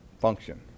function